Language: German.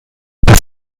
das